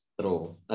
True